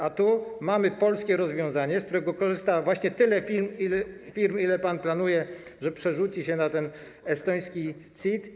A tu mamy polskie rozwiązanie, z którego korzysta właśnie tyle firm, ile pan planuje przerzucić na ten estoński CIT.